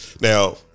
Now